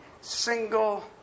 single